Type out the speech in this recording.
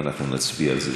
אנחנו נצביע על זה.